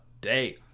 Day